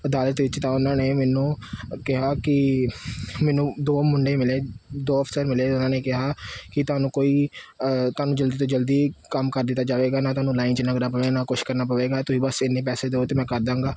ਅਦਾਲਤ ਵਿੱਚ ਤਾਂ ਉਹਨਾਂ ਨੇ ਮੈਨੂੰ ਕਿਹਾ ਕਿ ਮੈਨੂੰ ਦੋ ਮੁੰਡੇ ਮਿਲੇ ਦੋ ਅਫ਼ਸਰ ਮਿਲੇ ਉਹਨਾਂ ਨੇ ਕਿਹਾ ਕਿ ਤੁਹਾਨੂੰ ਕੋਈ ਕੰਮ ਜਲਦੀ ਤੋਂ ਜਲਦੀ ਕੰਮ ਕਰ ਦਿੱਤਾ ਜਾਵੇਗਾ ਨਾ ਤੁਹਾਨੂੰ ਲਾਈਨ 'ਚ ਲੱਗਣਾ ਪਵੇਗਾ ਨਾ ਕੁੱਛ ਕਰਨਾ ਪਵੇਗਾ ਤੁਸੀਂ ਬਸ ਇੰਨੇ ਪੈਸੇ ਦਿਓ ਅਤੇ ਮੈਂ ਕਰਦਾਂਗਾ